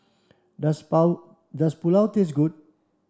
does does Pulao taste good